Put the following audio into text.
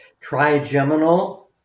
Trigeminal